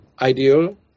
ideal